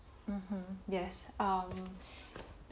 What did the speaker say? mmhmm yes um